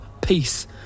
peace